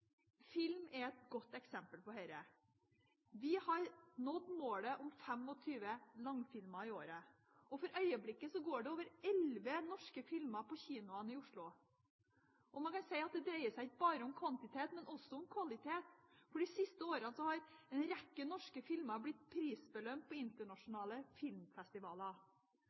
Film er et godt eksempel på dette. Vi har nådd målet om 25 langfilmer i året. For øyeblikket går det over elleve norske filmer på kinoene i Oslo. Man kan si at det dreier seg ikke bare om kvantitet, men også om kvalitet, for de siste årene har en rekke norske filmer blitt prisbelønt på internasjonale filmfestivaler.